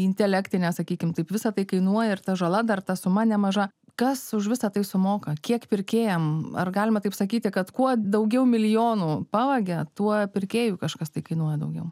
intelektinę sakykim taip visa tai kainuoja ir ta žala dar ta suma nemaža kas už visa tai sumoka kiek pirkėjam ar galima taip sakyti kad kuo daugiau milijonų pavagia tuo pirkėjui kažkas tai kainuoja daugiau